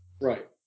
right